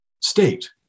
state